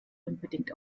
unbedingt